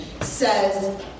says